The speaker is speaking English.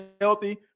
healthy